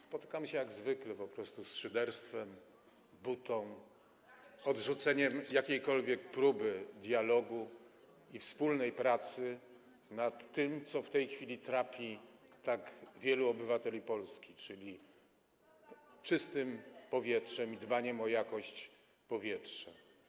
Spotykamy się jak zwykle po prostu z szyderstwem, butą, odrzuceniem jakiejkolwiek próby dialogu i wspólnej pracy nad tym, co w tej chwili trapi tak wielu obywateli Polski, czyli kwestią czystego powietrza i dbania o jakość powietrza.